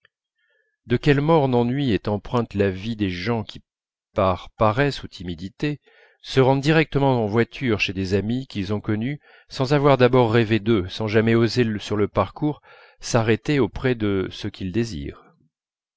de quel morne ennui est empreinte la vie des gens qui par paresse ou timidité se rendent directement en voiture chez des amis qu'ils ont connus sans avoir d'abord rêvé d'eux sans jamais oser sur le parcours s'arrêter auprès de ce qu'ils désirent